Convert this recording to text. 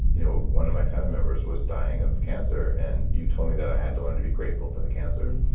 you know one of my family members was dying of cancer and you told me that i had to learn to be grateful for the cancer.